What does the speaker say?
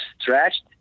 stretched